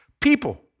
people